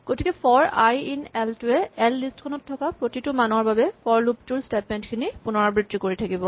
গতিকে for i in L টোৱে L list খনত থকা প্ৰতিটো মানৰ বাবে ফৰ লুপ টোৰ স্টেটমেন্ট খিনি পুণৰাবৃত্তি কৰি থাকিব